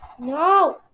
No